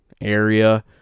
area